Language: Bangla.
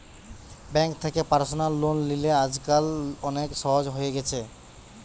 বেঙ্ক থেকে পার্সনাল লোন লিলে আজকাল অনেক সহজ হয়ে গেছে